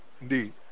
indeed